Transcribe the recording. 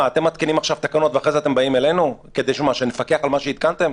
אתם מתקינים עכשיו תקנות ואחרי זה באים אלינו כדי שנפקח על מה שהתקנתם?